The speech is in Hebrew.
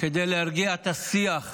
כדי להרגיע את השיח.